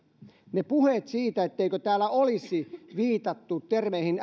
ne puheet siitä etteikö täällä olisi viitattu termeihin